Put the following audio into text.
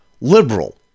liberal